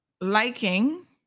liking